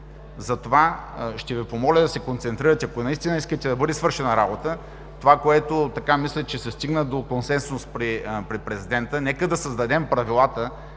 Затова ще Ви помоля да се концентрирате, ако наистина искате работа да бъде свършена, това, което мисля, че се стигна до консенсус при президента, нека да създадем правилата,